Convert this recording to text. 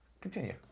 Continue